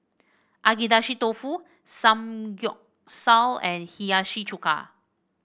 Agedashi Dofu Samgeyopsal and Hiyashi Chuka